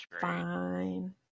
fine